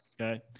Okay